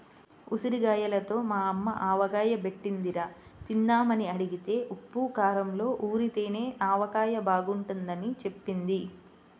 ఉసిరిగాయలతో మా యమ్మ ఆవకాయ బెట్టిందిరా, తిందామని అడిగితే ఉప్పూ కారంలో ఊరితేనే ఆవకాయ బాగుంటదని జెప్పింది